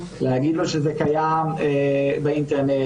להגיד לו שזה קיים באינטרנט,